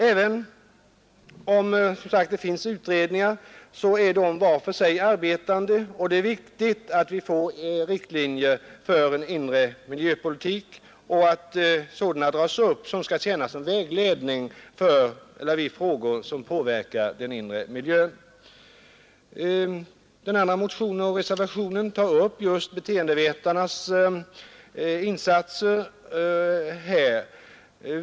Även om det som sagt finns utredningar arbetar de var för sig, och det är viktigt att vi får riktlinjer för en inre miljöpolitik och att sådana dras upp att tjäna som vägledning vid behandling av de frågor som påverkar den inre miljön. Den andra motionen och reservationen tar upp beteendevetarnas insatser på detta område.